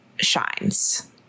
shines